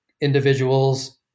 individuals